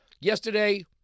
Yesterday